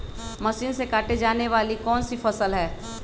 Machine से काटे जाने वाली कौन सी फसल है?